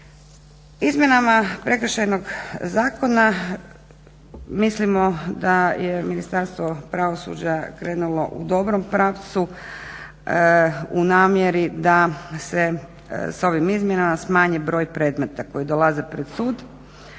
Izmjenama Prekršajnog zakona mislimo da je Ministarstvo pravosuđa krenulo u dobrom pravcu u namjeri da se s ovim izmjenama smanji broj predmeta koji dolaze pred sud,